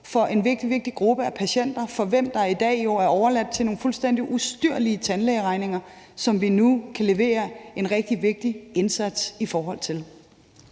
vigtig, vigtig gruppe af patienter, som jo i dag er overladt til nogle fuldstændig ustyrlige tandlægeregninger, og som vi nu kan levere en rigtig vigtig indsats for. Kl.